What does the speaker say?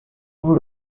vous